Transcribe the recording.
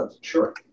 sure